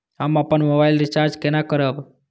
हम अपन mobile recharge केना करब?